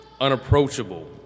unapproachable